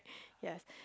yes